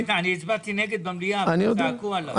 אני גם, אני הצבעתי נגד במליאה וצעקו עליי.